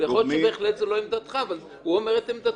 יכול להיות שזו לא עמדתך, אבל הוא אומר את עמדתו.